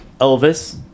elvis